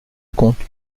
compte